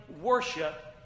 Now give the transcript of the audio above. worship